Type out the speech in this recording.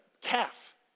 calf